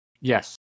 Yes